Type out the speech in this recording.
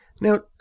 Now